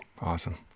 Awesome